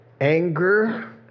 anger